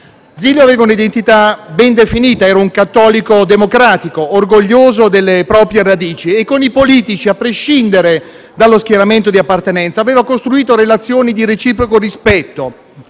Zilio aveva un'identità ben definita: era un cattolico democratico, orgoglioso delle proprie radici, e con i politici, a prescindere dallo schieramento di appartenenza, aveva costruito relazioni di reciproco rispetto.